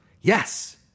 Yes